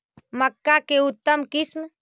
मक्का के उतम किस्म?